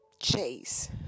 chase